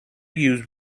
use